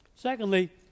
Secondly